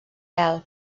pèl